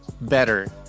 better